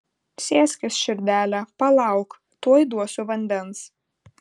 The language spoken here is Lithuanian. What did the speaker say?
sėskis širdele palauk tuoj duosiu vandens